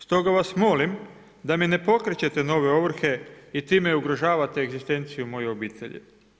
Stoga vas molim da mi ne pokrećete nove ovrhe i time ugrožavate egzistenciju moje obitelji.